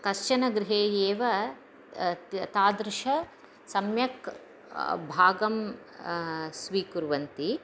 कश्चन गृहे एव त तादृशं सम्यक् भागं स्वीकुर्वन्ति